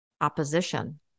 opposition